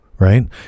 Right